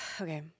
okay